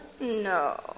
No